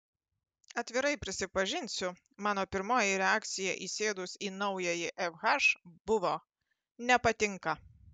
atvirai prisipažinsiu mano pirmoji reakcija įsėdus į naująjį fh buvo nepatinka